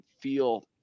feel